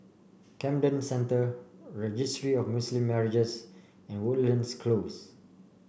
Camden Centre Registry of Muslim Marriages and Woodlands Close